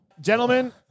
Gentlemen